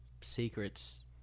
secrets